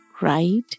right